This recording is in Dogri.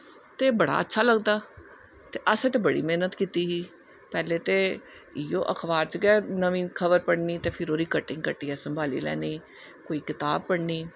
ते बड़ा अच्छा लगदा ते असें ते बड़ी मेह्नत कीती ही पैह्ले ते इयो अखबार च गै नमीं खबर पढ़नीं ते पूरी कटिंग कट्टियै संभाली लैनी कोई किताब पढ़नी